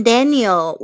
Daniel